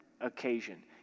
occasion